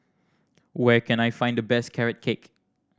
where can I find the best Carrot Cake